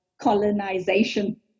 colonization